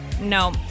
No